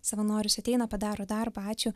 savanoris ateina padaro darbą ačiū